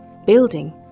building